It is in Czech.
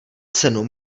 cenu